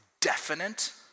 definite